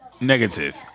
Negative